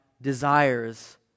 desires